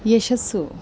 ಯಶಸ್ಸು